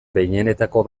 behinenetako